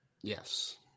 Yes